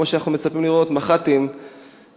כמו שאנחנו מצפים לראות מח"טים ומג"דים